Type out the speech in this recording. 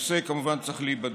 הנושא כמובן צריך להיבדק.